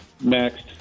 Next